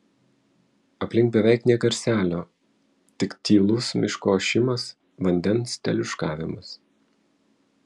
aplink beveik nė garselio tik tylus miško ošimas vandens teliūškavimas